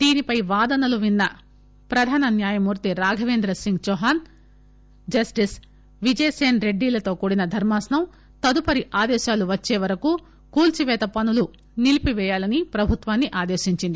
దీనిపై వాదనలు విన్న ప్రధాన న్యాయమూర్తి రాఘవేంద్ర సింగ్ చౌహాన్ జస్టిస్ విజయ్ సేన్ రెడ్డి లతో కూడిన ధర్మాసనం తదుపరి ఆదేశాలు వచ్చేవరకు కూల్చిపేత పనులను నిలిపిపేయాలని ప్రభుత్వాన్ని ఆదేశించింది